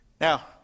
Now